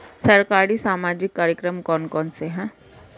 सरकारी सामाजिक कार्यक्रम कौन कौन से हैं?